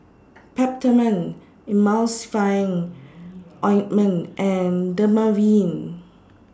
Peptamen Emulsying Ointment and Dermaveen